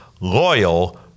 loyal